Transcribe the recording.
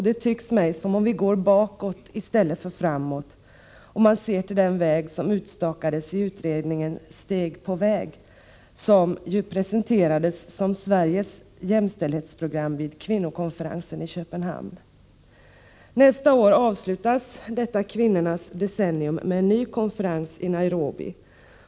Det tycks mig som om vi går bakåt i stället för framåt om man ser till den väg som utstakades i utredningen Steg på väg, som presenterades som Sveriges jämställdhetsprogram vid kvinnokonferensen i Köpenhamn. Nästa år avslutas detta kvinnornas decennium med en ny konferens i Nairobi.